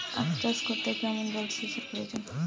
আখ চাষ করতে কেমন জলসেচের প্রয়োজন?